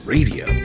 Radio